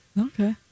Okay